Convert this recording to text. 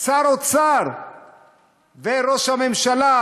שר האוצר וראש הממשלה,